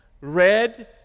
red